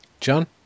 John